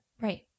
Right